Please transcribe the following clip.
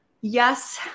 Yes